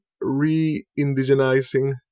re-indigenizing